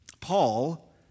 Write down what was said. Paul